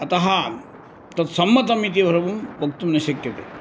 अतः तत् सम्मतम् इति वरं वक्तुं न शक्यते